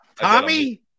Tommy